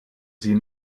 sie